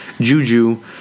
Juju